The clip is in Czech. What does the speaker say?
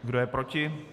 Kdo je proti?